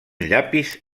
llapis